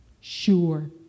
Sure